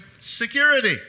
security